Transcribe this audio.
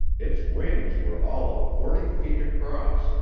its wings were all of forty feet across,